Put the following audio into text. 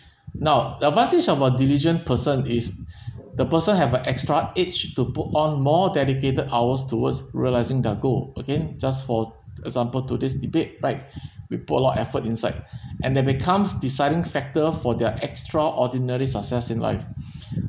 now the advantage of a diligent person is the person have a extra edge to put on more dedicated hours towards realising their goal okay just for example today's debate right we put a lot effort inside and that becomes deciding factor for their extraordinary success in life